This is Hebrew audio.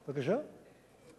הנה,